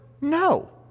No